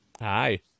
Hi